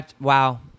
Wow